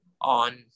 on